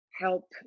help